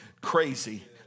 crazy